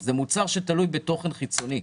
זה מוצר שתלוי בתוכן חיצוני.